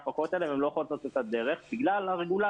ההפקות האלה והם לא יכולים לצאת לדרך בגלל הרגולטור.